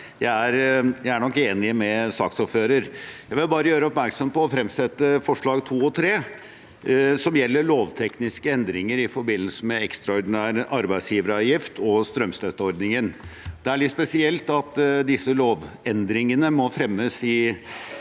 jeg er nok enig med saksordføreren. Jeg vil gjøre oppmerksom på og ta opp forslagene nr. 2 og 3, som gjelder lovtekniske endringer i forbindelse med ekstraordinær arbeidsgiveravgift, og strømstøtteordningen. Det er litt spesielt at disse lovendringene må fremmes i